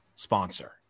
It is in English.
Sponsor